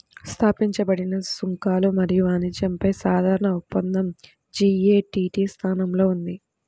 స్థాపించబడిన సుంకాలు మరియు వాణిజ్యంపై సాధారణ ఒప్పందం జి.ఎ.టి.టి స్థానంలో ఉంది